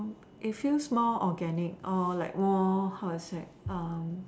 it feels more organic or like more how I say um